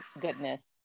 goodness